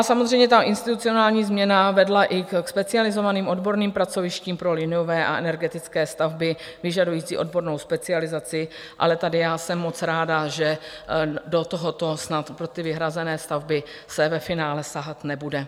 Samozřejmě ta institucionální změna vedla i ke specializovaným odborným pracovištím pro liniové a energetické stavby vyžadující odbornou specializaci, ale tady já jsem moc ráda, že do tohoto snad pro ty vyhrazené stavby se ve finále sahat nebude.